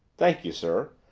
thank you, sir,